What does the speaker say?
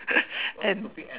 and